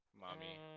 Mommy